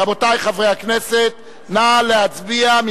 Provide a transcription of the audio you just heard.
רבותי חברי הכנסת, נא להצביע.